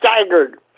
staggered